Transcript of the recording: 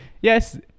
yes